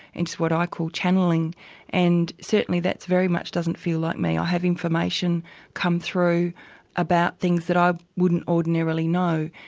it's what i call channelling and certainly that very much doesn't feel like me. i have information come through about things that i wouldn't ordinarily know.